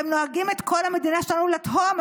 והם נוהגים את כל המדינה שלנו לתהום.